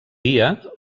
dia